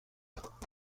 خواهم